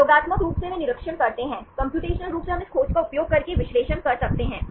प्रयोगात्मक रूप से वे निरीक्षण करते हैं कम्प्यूटेशनल रूप से हम इस खोज का उपयोग करके विश्लेषण कर सकते हैं